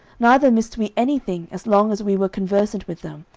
neither missed we any thing, as long as we were conversant with them,